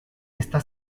está